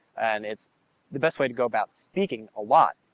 and it's the best way to go about speaking a lot.